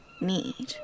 need